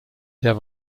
der